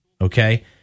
okay